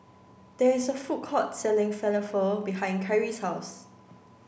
there's a food court selling Falafel behind Kyrie's house